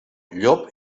llop